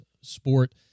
sport